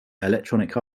electronic